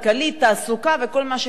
בתעסוקה וכל מה שקשור.